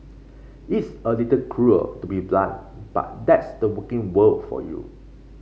it's a little cruel to be so blunt but that's the working world for you